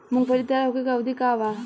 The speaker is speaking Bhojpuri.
मूँगफली तैयार होखे के अवधि का वा?